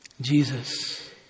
Jesus